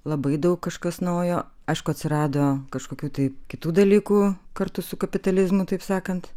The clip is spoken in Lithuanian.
labai daug kažkas naujo aišku atsirado kažkokių tai kitų dalykų kartu su kapitalizmu taip sakant